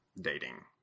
dating